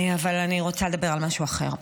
אבל אני רוצה לדבר על משהו אחר.